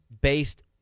based